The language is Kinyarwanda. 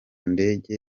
ndege